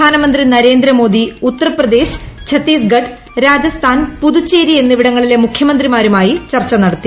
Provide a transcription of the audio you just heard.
പ്രധാനമന്ത്രി നരേന്ദ്രമോദി ഉത്തർപ്രദേശ് ഛത്തീസ്ഗഡ് രാജസ്ഥാൻ പുതുച്ചേരി എന്നിവിടങ്ങളിലെ മുഖ്യമന്ത്രിമാരുമായി ചർച്ച നടത്തി